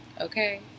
okay